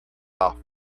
off